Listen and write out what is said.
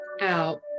Out